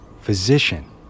physician